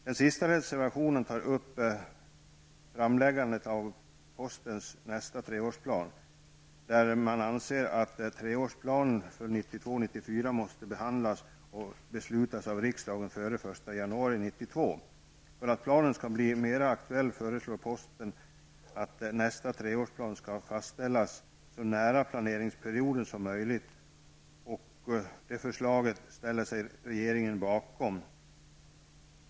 Den sista reservationen tar upp framläggandet av postens nästa treårsplan. Man anser att treårsplanen för 1992--1994 måste behandlas och beslutas av riksdagen före den 1 januari 1992. För att planen skall bli mer aktuell föreslår posten att nästa treårsplan skall fastställas så nära planeringsperioden som möjligt, och detta förslag ställer sig regeringen bakom.